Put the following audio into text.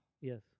Yes